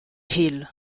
hill